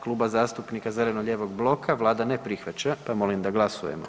Kluba zastupnika zeleno-lijevog bloka vlada ne prihvaća, pa molim da glasujmo.